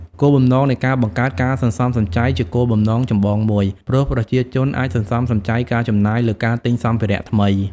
គោលបំណងនៃការបង្កើតការសន្សំសំចៃ ជាគោលបំណងចម្បងមួយ ព្រោះប្រជាជនអាចសន្សំសំចៃការចំណាយលើការទិញសម្ភារៈថ្មី។